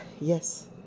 Yes